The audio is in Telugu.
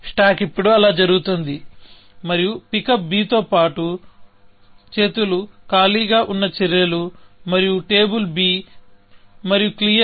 స్టాక్ ఇప్పుడు అలా జరుగుతోంది మరియు పిక్ అప్ b తో పాటు చేతులు ఖాళీగా ఉన్న చర్యలు మరియు టేబుల్ B మరియు క్లియర్